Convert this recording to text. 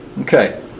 Okay